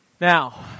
Now